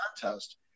contest